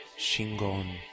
Shingon